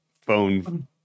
phone